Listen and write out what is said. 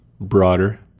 broader